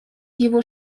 его